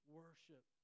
worship